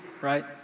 right